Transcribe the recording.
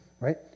right